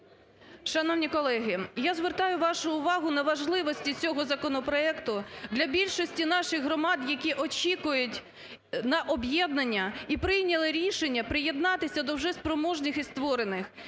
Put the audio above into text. Шановні колеги, я звертаю вашу увагу на важливості цього законопроекту для більшості наших громад, які очікують на об'єднання і прийняли рішення приєднатися до вже спроможних і створених,